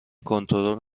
کنترل